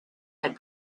had